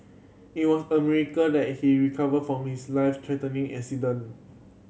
it was a miracle that he recovered from his life threatening accident